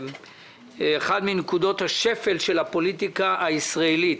אחת מנקודות השפל של הפוליטיקה הישראלית,